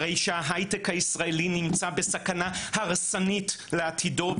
הרי שההייטק הישראלי נמצא בסכנה הרסנית לעתידו,